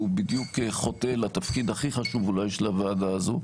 והוא בדיוק חוטא לתפקיד הכי חשוב אולי של הוועדה הזו,